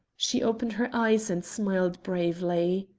she opened her eyes, and smiled bravely.